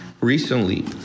recently